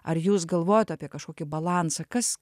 ar jūs galvojot apie kažkokį balansą kas